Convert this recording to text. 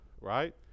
right